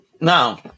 now